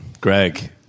Greg